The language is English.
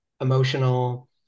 emotional